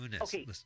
Okay